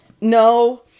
no